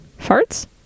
farts